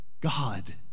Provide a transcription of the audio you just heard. God